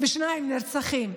נרצחים.